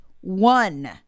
one